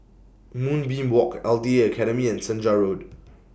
Moonbeam Walk L T A Academy and Senja Road